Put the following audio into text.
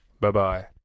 bye-bye